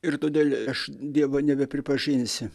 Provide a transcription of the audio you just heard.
ir todėl aš dievo nebepripažinsiu